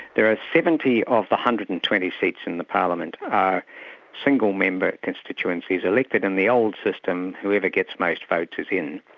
there are seventy of the one hundred and twenty seats in the parliament are single member constituencies elected in the old system, whoever gets most votes is in.